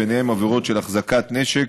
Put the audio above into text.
ובהן עבירות של החזקת נשק,